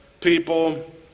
people